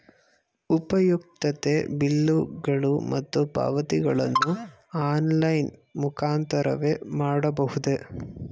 ಉಪಯುಕ್ತತೆ ಬಿಲ್ಲುಗಳು ಮತ್ತು ಪಾವತಿಗಳನ್ನು ಆನ್ಲೈನ್ ಮುಖಾಂತರವೇ ಮಾಡಬಹುದೇ?